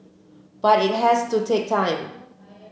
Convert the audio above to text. but it has to take time